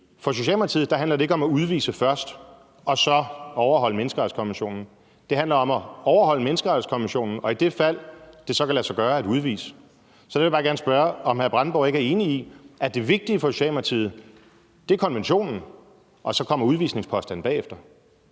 for Socialdemokratiet handler det ikke om at udvise først og så overholde menneskerettighedskonventionen. Det handler om at overholde menneskerettighedskonventionen og i det fald, det så kan lade sig gøre at udvise, at udvise. Så jeg vil bare gerne spørge, om hr. Bjørn Brandenborg ikke er enig i, at det vigtige for Socialdemokratiet er konventionen, og at så kommer udvisningspåstanden bagefter.